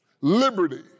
liberty